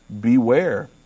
Beware